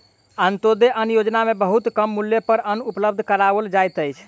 अन्त्योदय अन्न योजना में बहुत कम मूल्य पर अन्न उपलब्ध कराओल जाइत अछि